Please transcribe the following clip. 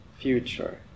Future